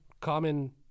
Common